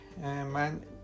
man